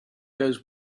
goes